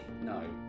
No